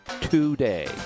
today